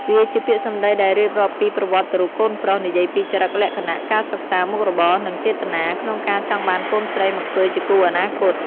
វាជាពាក្យសម្ដីដែលរៀបរាប់ពី ប្រវត្តិរូបកូនប្រុស និយាយពី ចរិតលក្ខណៈ ការសិក្សា មុខរបរ និង ចេតនា ក្នុងការចង់បានកូនស្រីមកធ្វើជាគូអនាគត។